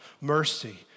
Mercy